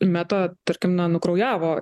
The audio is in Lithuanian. meta tarkim na nukraujavo